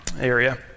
area